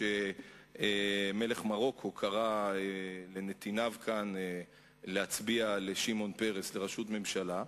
כשמלך מרוקו קרא לנתיניו כאן להצביע לשמעון פרס לראשות ממשלה.